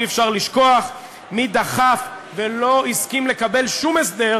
אי-אפשר לשכוח מי דחף ולא הסכים לקבל שום הסדר